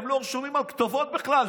הם לא רשומים על כתובות בכלל,